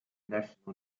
national